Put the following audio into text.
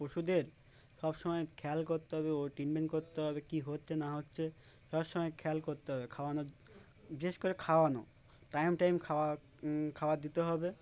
পশুদের সব সময় খেয়াল করতে হবে ও ট্রিটমেন্ট করতে হবে কী হচ্ছে না হচ্ছে সব সময় খেয়াল করতে হবে খাওয়ানো বিশেষ করে খাওয়ানো টাইম টাইম খাওয়া খাবার দিতে হবে